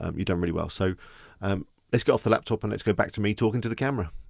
um you've done really well. so um let's got off the laptop and let's go back to me talking to the camera.